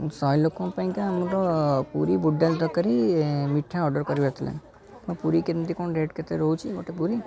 ଶହେ ଲୋକଙ୍କ ପାଇଁକା ଆମର ପୁରୀ ବୁଟଡ଼ାଲି ତରକାରୀ ମିଠା ଅର୍ଡ଼ର କରିବାର ଥିଲା ପୁରୀ କେମିତି କ'ଣ ରେଟ୍ କେତେ ରହୁଛି ଗୋଟେ ପୁରୀ